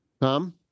Tom